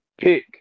pick